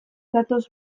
datoz